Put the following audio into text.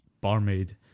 barmaid